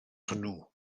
hwnnw